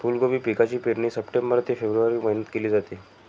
फुलकोबी पिकाची पेरणी सप्टेंबर ते फेब्रुवारी महिन्यात केली जाते